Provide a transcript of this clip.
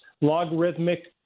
Logarithmic